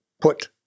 put